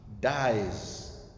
dies